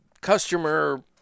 customer